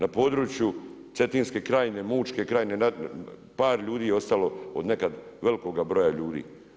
Na području Cetinske krajine, Mućke krajine, par ljudi je opstalo od nekad velikog broja ljudi.